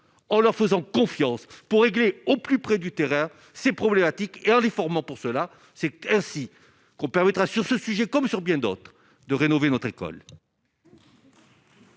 en leur faisant confiance pour régler au plus près du terrain c'est problématique et en les formant, pour cela, c'est ainsi qu'on permettra sur ce sujet comme sur bien d'autres, de rénover notre école.